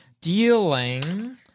Dealing